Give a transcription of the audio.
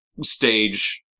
stage